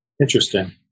Interesting